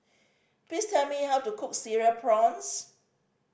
please tell me how to cook Cereal Prawns